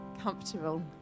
comfortable